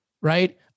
right